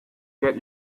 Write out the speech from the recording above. get